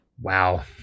Wow